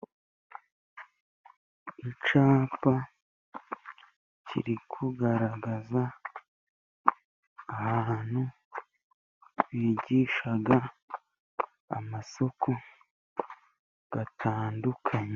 Icyapa kiri kugaragaza, ahantu bigisha amasoko atandukanye.